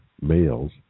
males